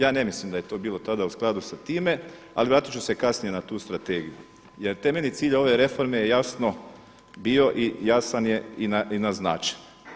Ja ne mislim da je to bilo tada u skladu s time, ali vratit ću se kasnije na tu strategiju, jer temeljni cilj ove reforme je jasno bio i jasan je i naznačen.